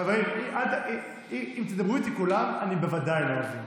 אם תדברו איתי כולם, אני בוודאי לא אבין.